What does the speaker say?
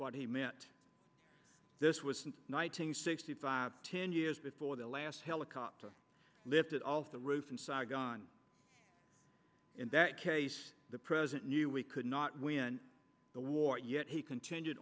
what he meant this was knighting sixty five ten years before the last helicopter lifted off the roof in saigon in that case the president knew we could not win the war yet he contin